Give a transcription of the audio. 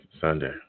Sunday